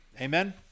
amen